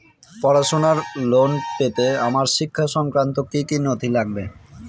পড়াশুনোর লোন পেতে আমার শিক্ষা সংক্রান্ত কি কি নথি লাগবে?